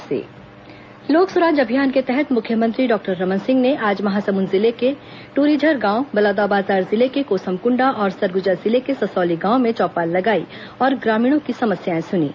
लोक सुराज अभियान लोक सुराज अभियान के तहत मुख्यमंत्री डॉक्टर रमन सिंह ने आज महासमुंद जिले में ट्रीझर गांव बलौदाबाजार जिले के कोसमकुंडा और सरगुजा जिले के ससौली गांव में चौपाल लगाई और ग्रामीणों की समस्याएं सुनीं